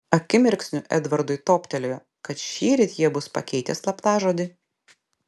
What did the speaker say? akimirksniu edvardui toptelėjo kad šįryt jie bus pakeitę slaptažodį